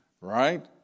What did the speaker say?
Right